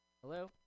Hello